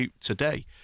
today